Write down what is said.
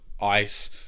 ice